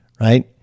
Right